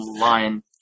line